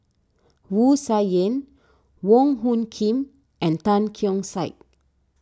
Wu Tsai Yen Wong Hung Khim and Tan Keong Saik